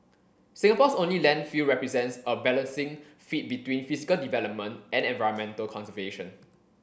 Singapore's only landfill represents a balancing feat between physical development and environmental conservation